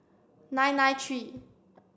nine nine three